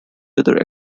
other